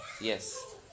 Yes